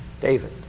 David